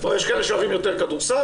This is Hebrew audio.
יש כאלה שאוהבים יותר כדורסל,